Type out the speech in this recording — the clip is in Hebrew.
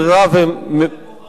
הם בוחרים לבוא.